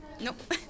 nope